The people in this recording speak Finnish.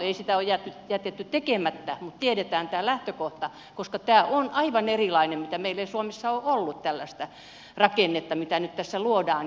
ei sitä ole jätetty tekemättä mutta tiedetään tämä lähtökohta koska tämä on aivan erilainen ja meillä ei suomessa ole ollut tällaista rakennetta mitä nyt tässä luodaan